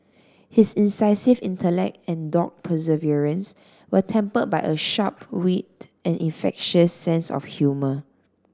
his incisive intellect and dogged perseverance were tempered by a sharp wit and infectious sense of humour